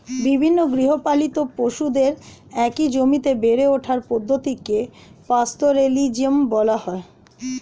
বিভিন্ন গৃহপালিত পশুদের একই জমিতে বেড়ে ওঠার পদ্ধতিকে পাস্তোরেলিজম বলা হয়